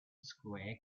square